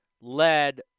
led